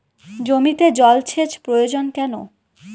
জমিতে জল সেচ প্রয়োজন কেন?